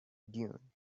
dune